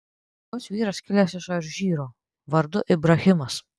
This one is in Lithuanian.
jos vyras kilęs iš alžyro vardu ibrahimas